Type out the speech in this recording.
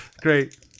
Great